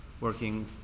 working